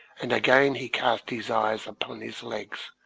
and again he cast his eyes upon his legs,